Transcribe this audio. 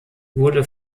wurde